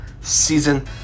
season